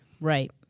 Right